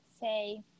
say